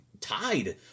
tied